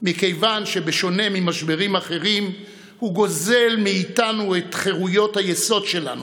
מכיוון שבשונה ממשברים אחרים הוא גוזל מאיתנו את חירויות היסוד שלנו,